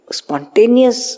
spontaneous